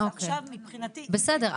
אז עכשיו מבחינתי --- בסדר.